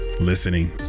listening